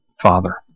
Father